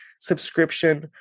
subscription